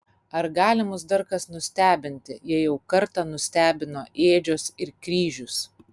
ar gali mus dar kas nustebinti jei jau kartą nustebino ėdžios ir kryžius